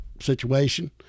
situation